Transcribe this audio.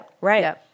Right